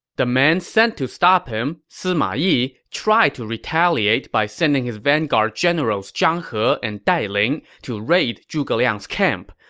the man sent to stop him, sima yi, tried to retaliate by sending his vanguard generals zhang he and dai ling to raid zhuge liang's camp,